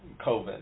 COVID